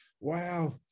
Wow